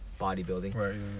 bodybuilding